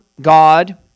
God